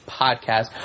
podcast